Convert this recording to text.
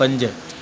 पंज